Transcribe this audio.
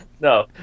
no